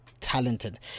talented